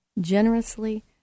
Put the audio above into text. generously